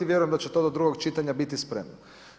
Vjerujem da će to do drugog čitanja biti spremno.